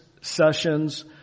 sessions